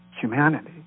humanity